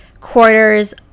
quarters